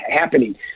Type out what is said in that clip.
happening